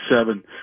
seven